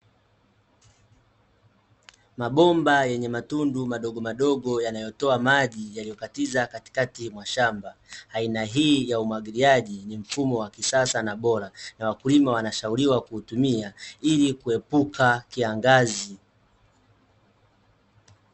Mabomba yenye matundu madogo madogo , yanayotoa maji yaliyokatiza katikati mwa shamba. Aina hii ya umwagiliaji ni mfumo wa kisasa na bora. Na wakulima wanashauriwa kuutumia , ili kuepuka kiangazi.